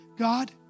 God